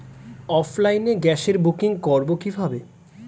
অফলাইনে গ্যাসের বুকিং করব কিভাবে?